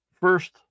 first